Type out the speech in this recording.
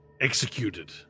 executed